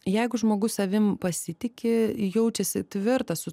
jeigu žmogus savim pasitiki jaučiasi tvirtas su